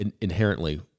inherently